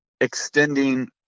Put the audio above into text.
extending